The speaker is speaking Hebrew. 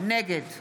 נגד